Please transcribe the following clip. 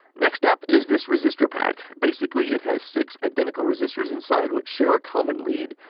next up is this resistor pack. basically it has six identical resistors inside which share a common lead.